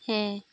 ᱦᱮᱸ